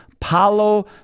Paulo